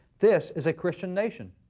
this is a christian nation.